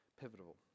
pivotal